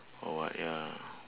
oh what ya